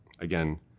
Again